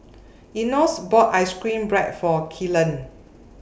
Enos bought Ice Cream Bread For Kellan